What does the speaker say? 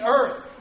earth